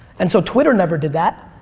and so twitter never did that,